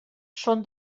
són